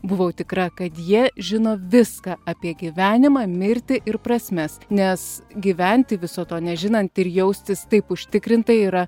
buvau tikra kad jie žino viską apie gyvenimą mirtį ir prasmes nes gyventi viso to nežinant ir jaustis taip užtikrintai yra